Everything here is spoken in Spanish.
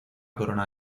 corona